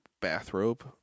Bathrobe